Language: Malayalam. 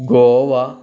ഗോവ